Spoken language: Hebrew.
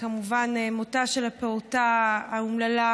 וכמובן מותה של הפעוטה האומללה,